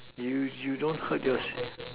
you you don't hurt your